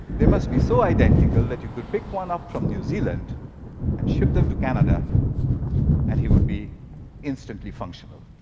they must be so identical that you could pick one up from new zealand and ship them to canada and he would be instantly functional.